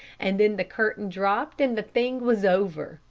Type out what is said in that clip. and then the curtain dropped, and the thing was over.